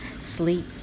sleep